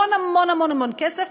המון המון המון כסף,